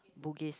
Bugis